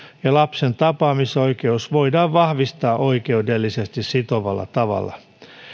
ja lapsen tapaamisoikeus voidaan vahvistaa oikeudellisesti sitovalla tavalla